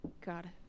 God